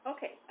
Okay